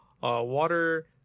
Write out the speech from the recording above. water